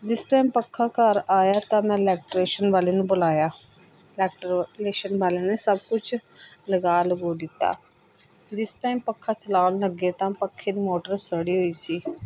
ਜਿਸ ਟਾਇਮ ਪੱਖਾ ਘਰ ਆਇਆ ਤਾਂ ਮੈਂ ਇਲੈਕਟ੍ਰੀਸ਼ਨ ਵਾਲੇ ਨੂੰ ਬੁਲਾਇਆ ਇਲੈਕਟ੍ਰੀਸ਼ਨ ਵਾਲੇ ਨੇ ਸਭ ਕੁਛ ਲਗਾ ਲਗੂ ਦਿੱਤਾ ਜਿਸ ਟਾਇਮ ਪੱਖਾ ਚਲਾਉਣ ਲੱਗੇ ਤਾਂ ਪੱਖੇ ਦੀ ਮੋਟਰ ਸੜੀ ਹੋਈ ਸੀ